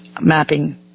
mapping